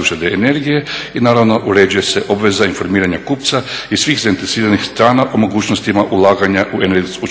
uštede energije i naravno uređuje se obveza informiranja kupca i svih zainteresiranih strana o mogućnostima ulaganja u energetsku